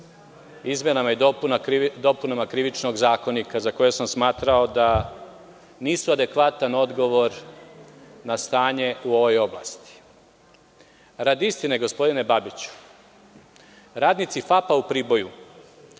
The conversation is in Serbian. izmenama i dopunama Krivičnog zakonika, za koje sam smatrao da nisu adekvatan odgovor na stanje u ovoj oblasti. Radi istine, gospodine Babiću, radnici FAP-a u Priboju